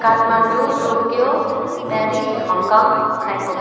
Kathmandu Tokyo Paris Hong Kong Bangkok